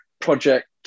project